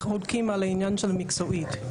אנחנו חולקים על העניין של המקצועית.